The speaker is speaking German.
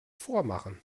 vormachen